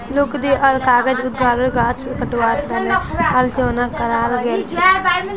लुगदी आर कागज उद्योगेर गाछ कटवार तने आलोचना कराल गेल छेक